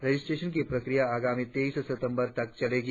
registration की प्रक्रिया आगामी तेईस सितंबर तक चलेंगी